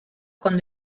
con